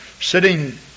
sitting